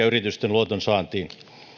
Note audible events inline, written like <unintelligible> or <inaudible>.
<unintelligible> yritysten luoton saantiin